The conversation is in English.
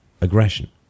Aggression